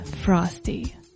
frosty